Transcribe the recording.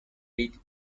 red